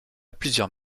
plusieurs